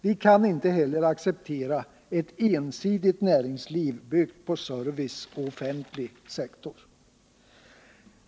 Vi kan inte heller acceptera ett ensidigt näringsliv, byggt på service och offentlig sektor.